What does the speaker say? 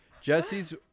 Jesse's